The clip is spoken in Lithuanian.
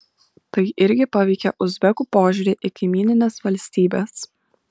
tai irgi paveikė uzbekų požiūrį į kaimynines valstybes